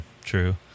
true